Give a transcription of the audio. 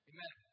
Amen